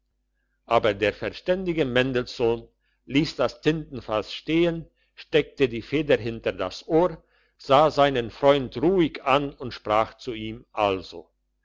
aber der verständige mendelssohn liess das tintenfass stehen steckte die feder hinter das ohr sah seinen freund ruhig an und sprach zu ihm also